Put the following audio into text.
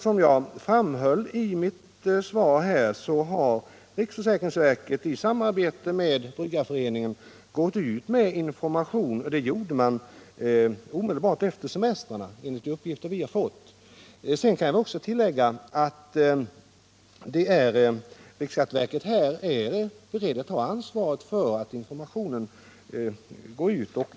Som jag framhöll i mitt svar har riksskatteverket i samarbete med Bryggareföreningen gått ut med information, och det gjorde man omedelbart efter semestrarna enligt de uppgifter vi har fått. Jag kan tillägga att riksskatteverket är berett att ta ansvaret för att informationen förs ut.